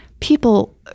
People